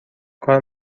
کار